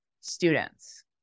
students